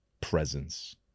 presence